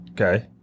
Okay